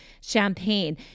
champagne